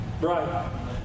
Right